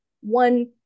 one